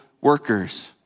workers